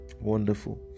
wonderful